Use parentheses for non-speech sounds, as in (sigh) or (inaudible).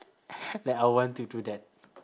(breath) like I'll want to do that